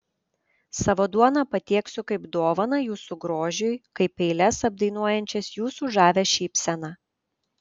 savo duoną patieksiu kaip dovaną jūsų grožiui kaip eiles apdainuojančias jūsų žavią šypseną